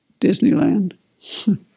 Disneyland